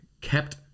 kept